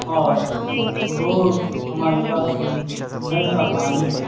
اور روز ہمارے پاس نل کا پانی